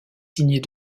signés